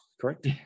correct